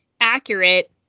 accurate